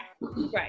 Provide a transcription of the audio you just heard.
Right